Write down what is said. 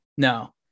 No